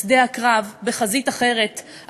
לשדה הקרב בחזית אחרת,